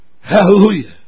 Hallelujah